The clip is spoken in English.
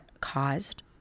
caused